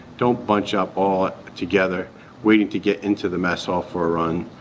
don't bunch up all together waiting to get into the mess hall for a run.